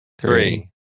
three